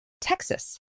Texas